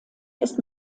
ist